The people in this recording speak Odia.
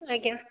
ଆଜ୍ଞା